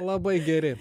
labai geri